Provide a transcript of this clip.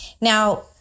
Now